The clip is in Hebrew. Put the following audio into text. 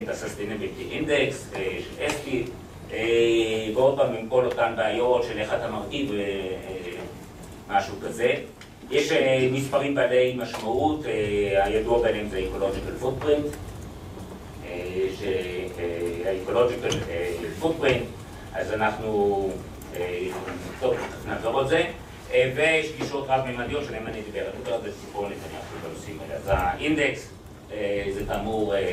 ‫את ה-Sustainability Index של אסקי, ‫ועוד פעם, עם כל אותן בעיות ‫של איך אתה מרכיב משהו כזה, ‫יש מספרים בעלי משמעות, ‫הידוע ביניהם זה ‫ה-Ecological Footprint, ‫אז אנחנו נחזור על זה, ‫ויש פגישות רב-מימדיות ‫שעליהן אני אדבר. ‫‫